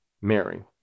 Mary